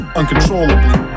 uncontrollably